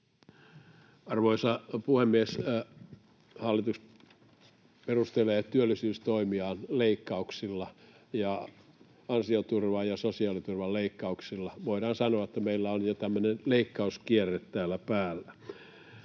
Arvoisa puhemies! Hallitus perustelee työllisyystoimiaan leikkauksilla, ansioturvan ja sosiaaliturvan leikkauksilla. Voidaan sanoa, että meillä on jo tämmöinen leikkauskierre täällä päällä.